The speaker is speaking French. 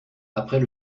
après